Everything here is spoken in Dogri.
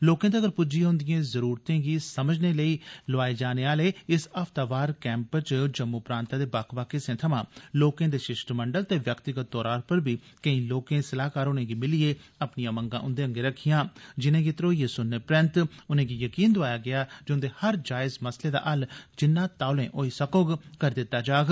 लोकें तगर प्ज्जिए उन्दियें जरुरतें गी समझने लेई लोआए जाने आले इस हफ्तावर कैम्प च जम्मू प्रांतै दे बक्ख बक्ख हिस्सें थमां लोकें दे शिष्टमंडल दे व्यक्तिगत तौरा पर बी केंई लोकें सलाहकार होरें गी मिलिए अपनियां मंगा उन्दे अग्गे रक्खियां जिनेंगी धरोइए स्नने परैन्त उनेंगी यकीन दोआया जे उन्दे हर जायज मसलें दा हल्ल जिन्ना तौले होई सकोग करी दिता जाग